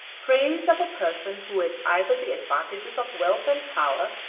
praise of a person who has either the advantages of wealth and power,